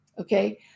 Okay